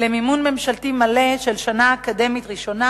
למימון ממשלתי מלא של שנה אקדמית ראשונה